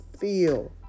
feel